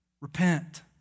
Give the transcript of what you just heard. repent